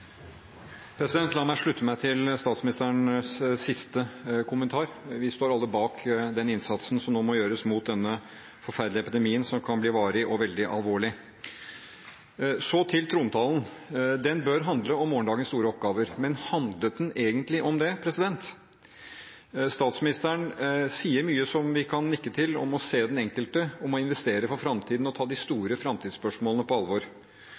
La meg slutte meg til statsministerens siste kommentar: Vi står alle bak den innsatsen som nå må gjøres mot denne forferdelige epidemien som kan bli varig og veldig alvorlig. Så til trontalen: Den bør handle om morgendagens store oppgaver. Men handlet den egentlig om det? Statsministeren sier mye som vi kan nikke til: om å se den enkelte, om å investere for fremtiden og ta de store fremtidsspørsmålene på alvor.